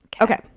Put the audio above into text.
okay